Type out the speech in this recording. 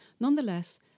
Nonetheless